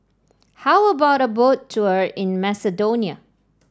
how about a Boat Tour in Macedonia